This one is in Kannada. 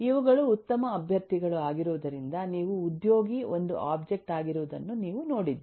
ಇವುಗಳು ಉತ್ತಮ ಅಭ್ಯರ್ಥಿಗಳು ಆಗಿರುವುದರಿಂದ ನೀವು ಉದ್ಯೋಗಿ ಒಂದು ಒಬ್ಜೆಕ್ಟ್ ಆಗಿರುವುದನ್ನು ನೀವು ನೋಡಿದ್ದೀರಿ